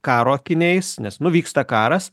karo akiniais nes nu vyksta karas